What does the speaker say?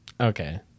Okay